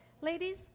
Ladies